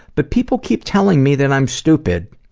but people keep telling me that i'm stupid.